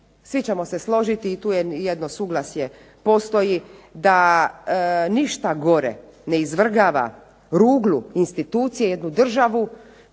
svi ćemo se složiti i tu je jedno suglasje postoji, da ništa gore ne izvrgava ruglu institucije jednu državu